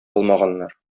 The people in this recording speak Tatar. алмаганнар